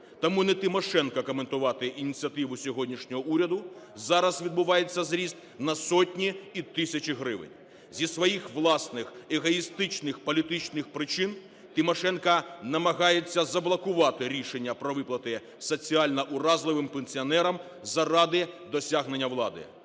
Тому не Тимошенко коментувати ініціативу сьогоднішнього уряду, зараз відбувається зріст на сотні і тисячі гривень. Зі своїх власних егоїстичних політичних причин Тимошенко намагається заблокувати рішення про виплати соціально-уразливим пенсіонерам заради досягнення влади.